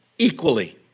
equally